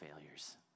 failures